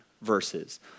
verses